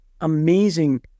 amazing